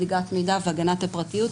זליגת מידע והגנת הפרטיות,